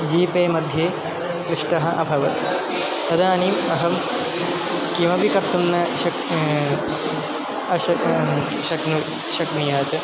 GPay मध्ये क्लिष्टः अभवत् तदानीम् अहं किमपि कर्तुं न शक्नोमि अश शक्नोमि शक्नुयात्